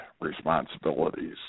responsibilities